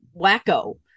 wacko